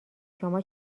شما